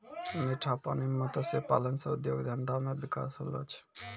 मीठा पानी मे मत्स्य पालन से उद्योग धंधा मे बिकास होलो छै